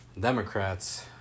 Democrats